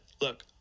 Look